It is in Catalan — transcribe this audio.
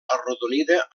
arrodonida